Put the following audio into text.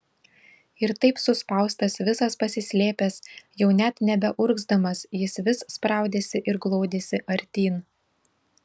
ir taip suspaustas visas pasislėpęs jau net nebeurgzdamas jis vis spraudėsi ir glaudėsi artyn